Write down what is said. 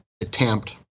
attempt